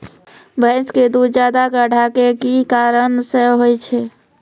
भैंस के दूध ज्यादा गाढ़ा के कि कारण से होय छै?